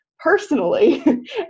personally